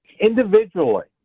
Individually